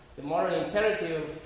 the moral imperative,